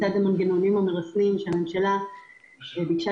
אני רוצה